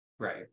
Right